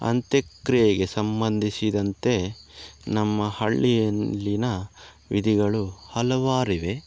ಅಂತ್ಯಕ್ರಿಯೆಗೆ ಸಂಬಂಧಿಸಿದಂತೆ ನಮ್ಮ ಹಳ್ಳಿಯಲ್ಲಿನ ವಿಧಿಗಳು ಹಲವಾರಿವೆ